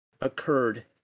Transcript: occurred